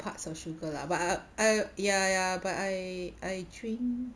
parts of sugar lah but I ya ya but I I drink